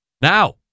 now